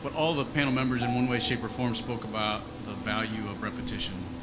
but all the panel members in one way, shape or form spoke about the value of repetition.